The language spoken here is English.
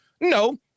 No